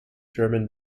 german